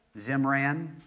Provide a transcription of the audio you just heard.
Zimran